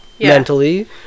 mentally